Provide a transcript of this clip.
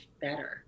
better